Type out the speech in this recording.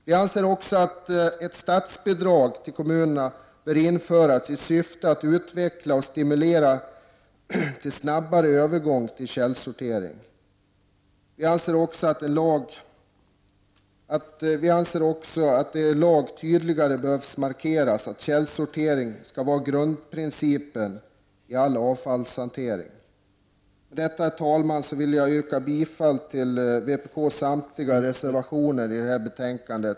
Vi anser också att statsbidrag bör utgå till kommunerna för att man skall kunna utveckla metoder och stimulera till en snabbare övergång till källsortering. Vidare anser vi att det i lag tydligare behöver markeras att källsortering skall vara grundprincipen vid all avfallshantering. Med detta, herr talman, yrkar jag bifall till samtliga vpk-reservationer i detta betänkande.